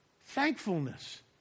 thankfulness